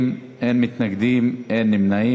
בעד, 20, אין מתנגדים, אין נמנעים.